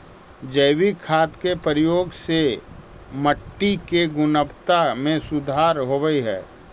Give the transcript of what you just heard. जैविक खाद के प्रयोग से मट्टी के गुणवत्ता में सुधार होवऽ हई